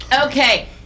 okay